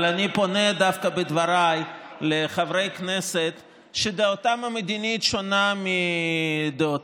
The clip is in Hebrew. אבל אני פונה בדבריי דווקא לחברי כנסת שדעתם המדינית שונה מדעותיי,